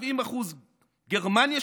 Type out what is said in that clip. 70%; גרמניה,